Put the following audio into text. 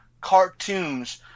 cartoons